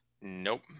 Nope